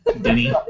Denny